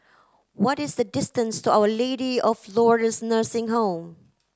what is the distance to our Lady of Lourdes Nursing Home